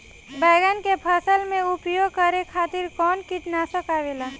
बैंगन के फसल में उपयोग करे खातिर कउन कीटनाशक आवेला?